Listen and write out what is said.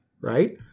right